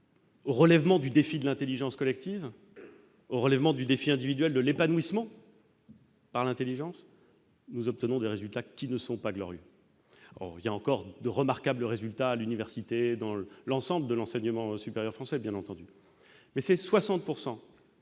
au relèvement du défi de l'intelligence collective, au relèvement du défi individuel de l'épanouissement par l'intelligence. Au total, nous obtenons des résultats qui ne sont pas glorieux. Certes, il y a encore de remarquables résultats à l'université et dans l'ensemble de l'enseignement supérieur français, bien entendu, mais 60